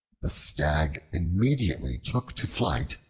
the stag immediately took to flight,